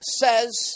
says